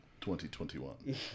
2021